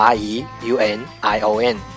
Reunion